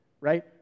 right